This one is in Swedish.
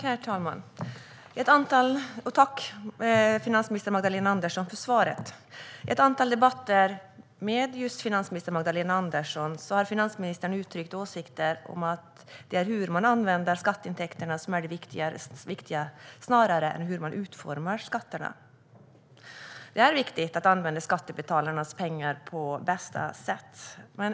Herr talman! Tack för svaret, finansminister Magdalena Andersson. I ett antal debatter med finansminister Magdalena Andersson har finansministern uttryckt åsikter om att det är hur man använder skatteintäkterna som är det viktiga snarare än hur man utformar skatterna. Det är viktigt att använda skattebetalarnas pengar på bästa sätt.